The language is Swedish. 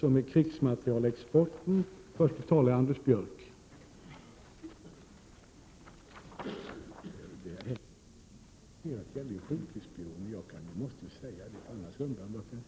Jag tror att Birgit Friggebo inte har uppfattat vad jag har sagt.